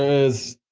is,